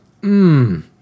mmm